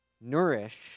nourish